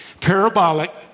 parabolic